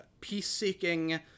peace-seeking